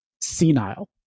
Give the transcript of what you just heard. senile